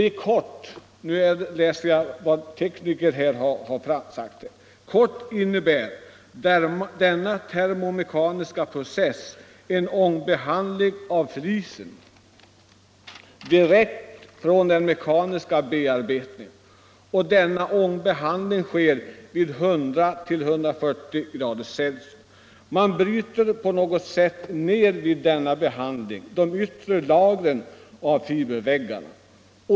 I korthet innebär denna termomekaniska process — nu läser jag vad tekniker sagt —- en ångbehandling av flisen direkt från den mekaniska bearbetningen, och denna ångbehandling sker vid 100-140" C. Man bryter på något sätt vid denna behandling ned de yttre lagren av fiberväggarna.